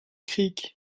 creek